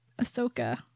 Ahsoka